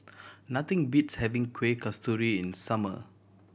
nothing beats having Kueh Kasturi in the summer